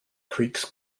creeks